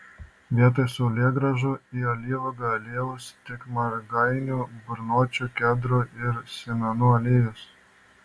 vietoj saulėgrąžų ir alyvuogių aliejaus tik margainių burnočių kedrų ir sėmenų aliejus